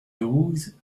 douze